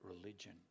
religion